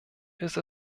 ist